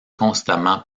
constamment